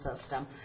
system